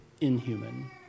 inhuman